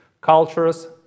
cultures